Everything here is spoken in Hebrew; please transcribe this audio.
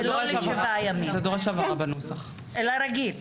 זה לא לשבעה ימים אלא רגיל.